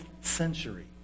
century